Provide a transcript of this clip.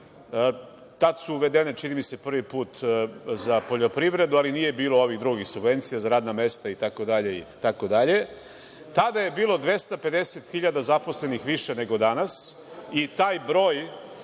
Tada su uvedene, čini mi se, prvi put za poljoprivredu, ali nije bilo ovih drugih subvencija za radna mesta i tako dalje. Tada je bilo 250 zaposlenih više nego danas i taj broj